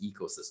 ecosystem